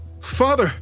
Father